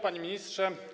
Panie Ministrze!